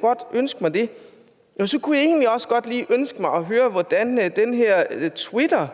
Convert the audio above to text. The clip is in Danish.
godt ønske mig et svar på det. Jeg kunne egentlig også godt lige ønske mig at høre, hvordan det her tweet